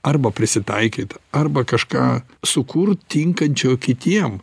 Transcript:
arba prisitaikyt arba kažką sukurt tinkančio kitiem